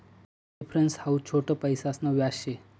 difference हाऊ छोट पैसासन व्याज शे